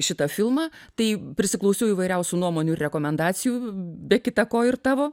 šitą filmą tai prisiklausiau įvairiausių nuomonių ir rekomendacijų be kita ko ir tavo